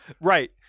Right